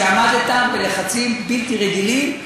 שעמדת בלחצים בלתי רגילים,